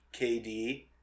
kd